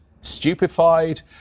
stupefied